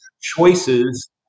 choices